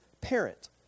parent